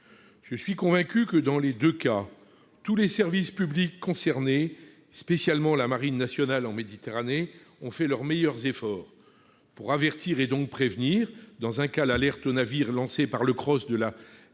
Je suis convaincu que, dans les deux cas, tous les services publics concernés, spécialement la marine nationale en Méditerranée, ont fait leurs meilleurs efforts. Pour avertir et donc prévenir, tout d'abord : dans un cas, l'alerte aux navires a été lancée par le CROSS, le